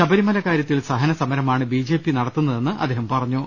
ശബരിമല കാര്യത്തിൽ സഹന സമരമാണ് ബി ജെ പി നടത്തുന്ന തെന്നും അദ്ദേഹം പറഞ്ഞു